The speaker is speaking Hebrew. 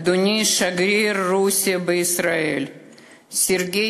אדוני שגריר רוסיה בישראל סרגיי